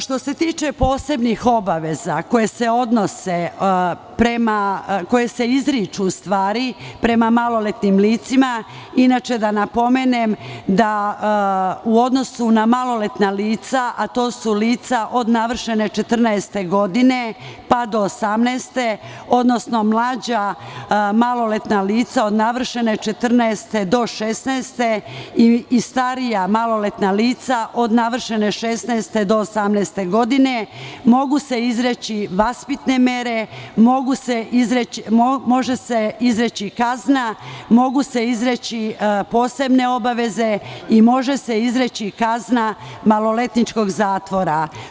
Što se tiče posebnih obaveza koje se izriču prema maloletnim licima, da napomenem da u odnosu na maloletna lica, a to su lica od navršene četrnaeste godine pa do osamnaeste, odnosno mlađa maloletna lica od navršene četrnaeste do šesnaestei starija maloletna lica od navršene šesnaeste do osamnaeste godine, mogu se izreći vaspitne mere, može se izreći kazna, mogu se izreći posebne obaveze i može se izreći kazna maloletničkog zatvora.